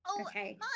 Okay